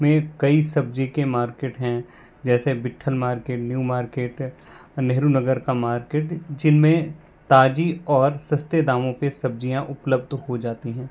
में कई सब्ज़ी के मार्केट हैं जैसे Vitthal market new market Nehru Nagar का मार्केट जिन में ताज़ी और सस्ते दामों पर सब्ज़ियाँ उपलब्ध हो जाती हैं